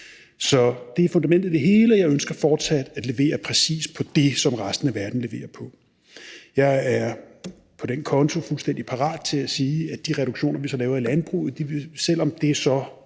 Så det er fundamentet i det hele, og jeg ønsker fortsat at levere præcis på det, som resten af verden leverer på. Jeg er på den konto fuldstændig parat til at sige med hensyn til de reduktioner, vi så laver i landbruget, at selv om det så